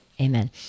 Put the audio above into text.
Amen